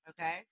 Okay